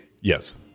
yes